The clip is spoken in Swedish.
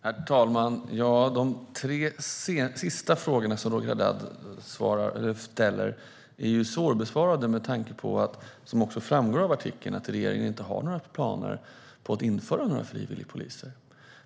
Herr talman! De tre sista frågorna som Roger Haddad ställer är svåra att besvara med tanke på, vilket också framgår av artikeln, att regeringen inte har några planer på att införa frivilligpoliser.